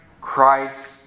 Christ